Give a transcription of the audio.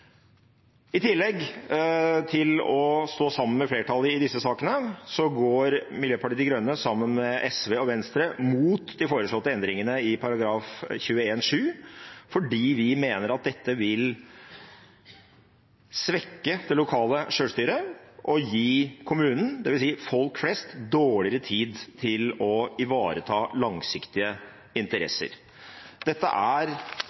I tillegg til å stå sammen med flertallet i disse sakene går Miljøpartiet De Grønne – sammen med SV og Venstre – imot de foreslåtte endringene i § 21-7 fordi vi mener at dette vil svekke det lokale selvstyret og gi kommunen, dvs. folk flest, mindre tid til å ivareta langsiktige interesser. Dette er